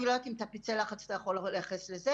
אני לא יודעת אם את פצעי לחץ אתה יכול לייחס לזה.